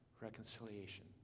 reconciliation